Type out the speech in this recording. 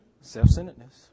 Self-centeredness